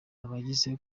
abagize